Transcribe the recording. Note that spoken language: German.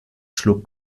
schlug